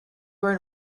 were